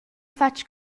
fatg